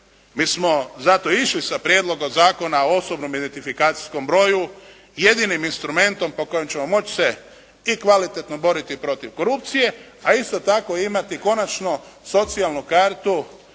mi smo zato išli sa Prijedlogom zakona o osobnom identifikacijskom broju jedinim instrumentom po kojem ćemo moći se i kvalitetno boriti protiv korupcije a isto tako i imati konačno socijalnu kartu